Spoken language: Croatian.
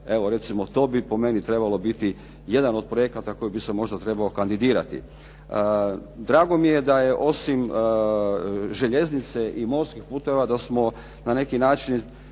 Evo, recimo to bi po meni trebalo biti jedan o projekata koji bi se možda trebao kandidirati. Drago mi je da je osim željeznice i morskih puteva da smo na neki način